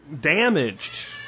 damaged